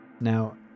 Now